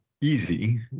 easy